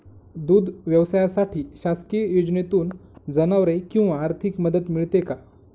दूध व्यवसायासाठी शासकीय योजनेतून जनावरे किंवा आर्थिक मदत मिळते का?